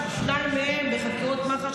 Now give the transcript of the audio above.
שניים מהם בחקירות מח"ש,